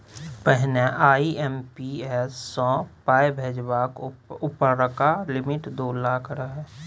पहिने आइ.एम.पी.एस सँ पाइ भेजबाक उपरका लिमिट दु लाख रहय